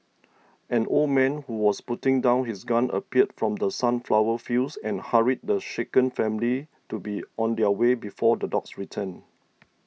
an old man who was putting down his gun appeared from the sunflower fields and hurried the shaken family to be on their way before the dogs return